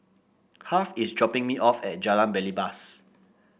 Harve is dropping me off at Jalan Belibas